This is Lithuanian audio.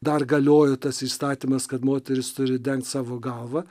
dar galiojo tas įstatymas kad moteris turi dengt savo galvą